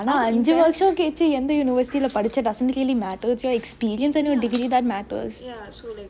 ஆனா ஐஞ்சு வருஷொ கழிச்சு எந்த:aana anju varusho kazhichu enthe university ல படிச்செனு:le padichenu doesn't really matter it's your experience and your degree that matters